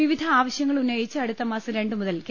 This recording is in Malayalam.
വിവിധ ആവശ്യങ്ങൾ ഉന്നയിച്ച് അടുത്തമാസം രണ്ട് മുതൽ കെ